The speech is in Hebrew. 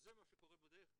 וזה מה שקורה בדרך כלל.